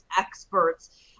experts